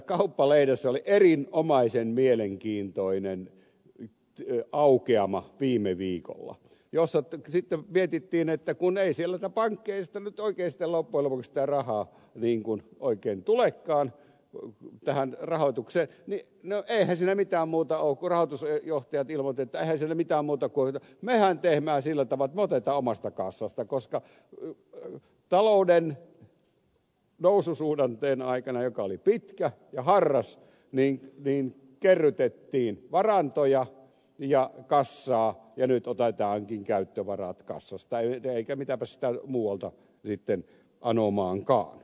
kauppalehdessä oli erinomaisen mielenkiintoinen aukeama viime viikolla jossa sitten mietittiin että kun ei sieltä pankeista nyt loppujen lopuksi sitä rahaa oikein tulekaan tähän rahoitukseen niin eihän siinä mitään muuta ole kuin että rahoitusjohtajat ilmoittivat että mehän teemme sillä tavalla että me otamme omasta kassasta koska talouden noususuhdanteen aikana joka oli pitkä ja harras kerrytettiin varantoja ja kassaa ja nyt otetaankin käyttövarat kassasta mitäpäs sitä muualta sitten anomaankaan